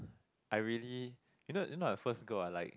I really you not you not a first girl I like